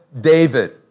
David